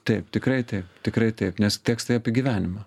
taip tikrai taip tikrai taip nes tekstai apie gyvenimą